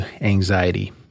anxiety